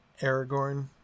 Aragorn